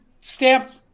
stamped